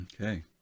Okay